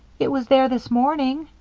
it was there this morning.